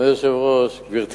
גברתי